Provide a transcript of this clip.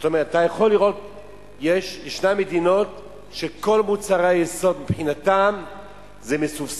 יש מדינות שכל מוצרי היסוד מבחינתן מסובסדים,